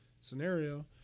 scenario